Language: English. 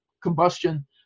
combustion